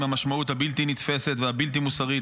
המשמעות הבלתי-נתפסת והבלתי-מוסרית,